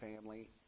family